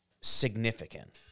significant